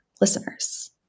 listeners